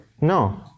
No